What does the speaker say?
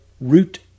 root